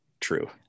True